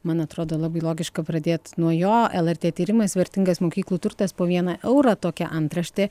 man atrodo labai logiška pradėt nuo jo lrt tyrimais vertingas mokyklų turtas po vieną eurą tokia antraštė